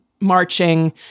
marching